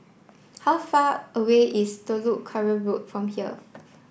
how far away is Telok Kurau Road from here